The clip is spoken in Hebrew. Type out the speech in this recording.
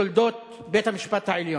בתולדות בית-המשפט העליון: